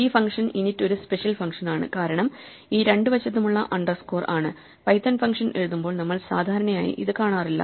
ഈ function init ഒരു special function ആണ് കാരണം ഈ രണ്ടു വശത്തുമുള്ള അണ്ടർസ്കോർ ആണ് പൈഥൺ ഫംഗ്ഷൻ എഴുതുമ്പോൾ നമ്മൾ സാധാരണയായി ഇത് കാണാറില്ല